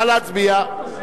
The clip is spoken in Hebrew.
נא להצביע.